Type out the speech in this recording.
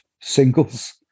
singles